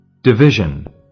Division